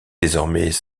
désormais